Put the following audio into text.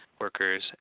workers